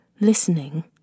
Listening